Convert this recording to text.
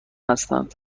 هستند